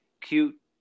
cute